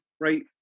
right